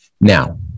Now